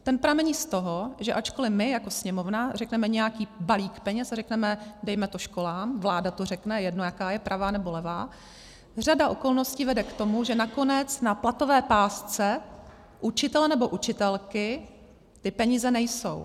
Ten pramení z toho, že ačkoli my jako Sněmovna řekneme nějaký balík peněz a řekneme dejme to školám, vláda to řekne, jedno, jaká je, pravá, nebo levá, řada okolností vede k tomu, že nakonec na platové pásce učitele nebo učitelky ty peníze nejsou.